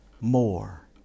more